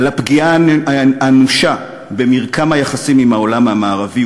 על הפגיעה האנושה במרקם היחסים עם העולם המערבי,